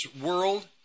world